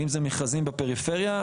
ואם זה מכרזים בפריפריה.